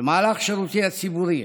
במהלך שירותי הציבורי,